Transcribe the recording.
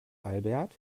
albert